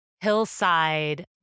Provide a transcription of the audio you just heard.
hillside